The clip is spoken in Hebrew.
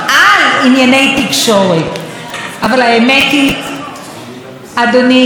אבל האמת היא, אדוני וחברי היושב-ראש,